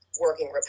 working